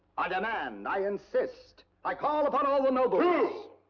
i demand! i insist! i call upon all the nobles two!